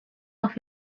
off